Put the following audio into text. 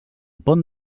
pont